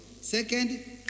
Second